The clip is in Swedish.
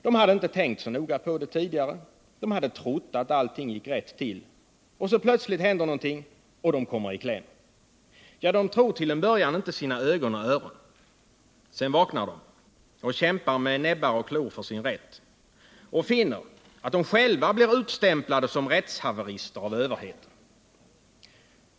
De hade inte tänkt så noga på det tidigare, de hade trott att allt gick rätt till. Och så plötsligt händer något, och de kommer i kläm. De tror till en början inte sina ögon och öron. Sedan vaknar de och kämpar med näbbar och klor för sin rätt. Och finner att de själva blir utstämplade som rättshaverister av överheten.